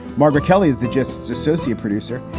margaret kelly is the gists associate producer.